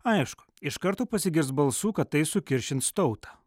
aišku iš karto pasigirs balsų kad tai sukiršins tautą